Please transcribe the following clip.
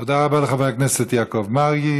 תודה רבה לחבר הכנסת יעקב מרגי.